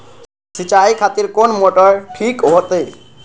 सीचाई खातिर कोन मोटर ठीक होते?